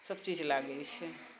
सभ चीज लागैत छै